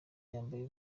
yambaye